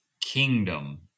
kingdom